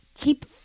keep